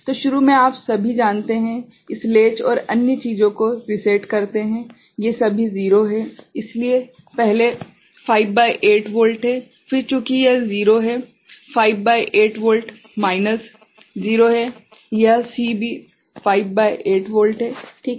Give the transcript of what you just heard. तो शुरू में आप सभी जानते हैं इस लेच और अन्य चीजों को रीसेट करते है ये सभी 0 हैं इसलिए पहले 5 भागित 8 वोल्ट है फिर चूंकि यह 0 है 5 भागित 8 वोल्ट माइनस 0 है यह C भी 5 भागित 8 वोल्ट है ठीक है